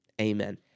Amen